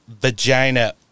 vagina